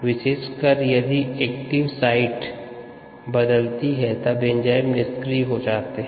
विशेषकर यदि active site बदलती है तब एंजाइम निष्क्रिय हो जाते हैं